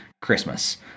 Christmas